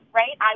right